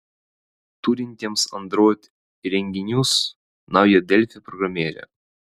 turintiems android įrenginius nauja delfi programėlė